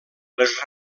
les